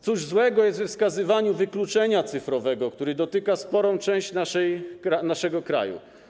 Cóż złego jest we wskazywaniu wykluczenia cyfrowego, które dotyka sporą część naszego kraju?